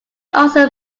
also